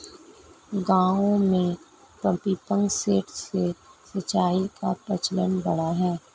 गाँवों में pumping set से सिंचाई का प्रचलन बढ़ा है